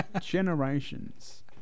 Generations